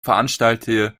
veranstalte